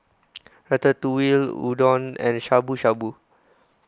Ratatouille Udon and Shabu Shabu